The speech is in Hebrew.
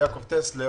יעקב טסלר